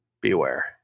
Beware